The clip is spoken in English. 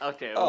Okay